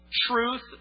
Truth